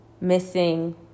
missing